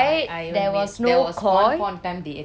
right there was no koi